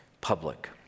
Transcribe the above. public